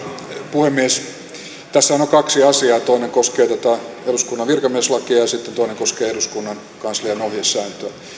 puhemies tässähän on kaksi asiaa toinen koskee eduskunnan virkamieslakia ja toinen koskee eduskunnan kanslian ohjesääntöä